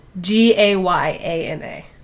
G-A-Y-A-N-A